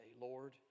Lord